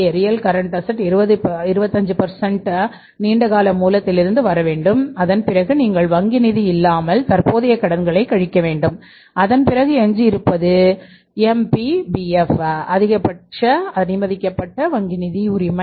ஏ க்குஅதிகபட்ச அனுமதிக்கப்பட்ட வங்கி நிதி உரிமை